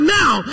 now